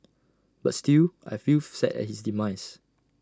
but still I feel sad at his demise